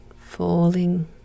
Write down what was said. falling